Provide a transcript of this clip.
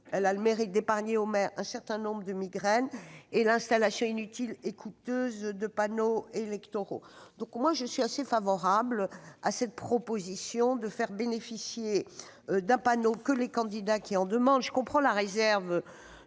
Elle a le mérite d'épargner aux maires un certain nombre de migraines et l'installation inutile et coûteuse de panneaux électoraux. Je suis assez favorable à la proposition de ne fournir un panneau qu'aux seuls candidats qui en font la demande. Je comprends la réserve